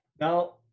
now